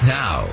now